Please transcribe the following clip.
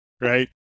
right